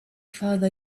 father